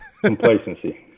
complacency